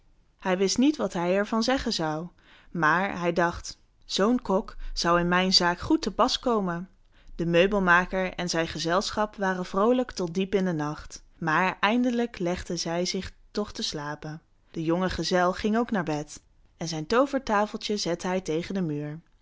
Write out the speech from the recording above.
hij wist niet wat hij er van zeggen zou maar hij dacht zoo'n kok zou in mijn zaak goed te pas komen de meubelmaker en zijn gezelschap waren vroolijk tot diep in den nacht maar eindelijk legden zij zich toch te slapen de jonge gezel ging ook naar bed en zijn toovertafeltje zette hij tegen den muur